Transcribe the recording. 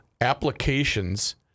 applications